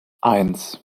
eins